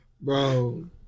Bro